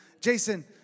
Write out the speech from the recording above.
Jason